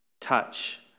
touch